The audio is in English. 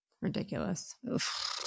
Ridiculous